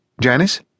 Janice